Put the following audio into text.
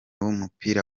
w’umupira